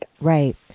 right